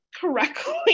correctly